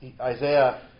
Isaiah